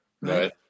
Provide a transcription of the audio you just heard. Right